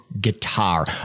guitar